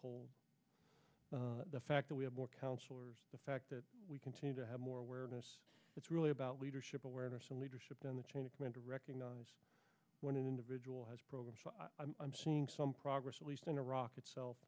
hold the fact that we have more counselors the fact that we continue to have more awareness it's really about leadership awareness and leadership in the chain of command to recognize when an individual has programmed i'm seeing some progress at least in iraq itself